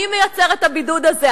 מי מייצר את הבידוד הזה?